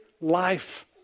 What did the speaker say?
life